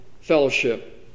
fellowship